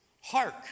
Hark